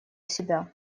себя